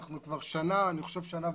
אנחנו כבר שנה וחצי,